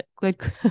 good